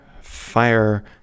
fire